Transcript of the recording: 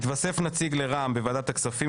התווסף נציג לרע"מ בוועדת הכספים,